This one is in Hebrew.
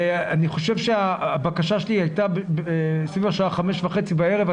אני חושב שהבקשה שלי הייתה סביב השעה 17:30 בערב,